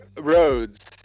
roads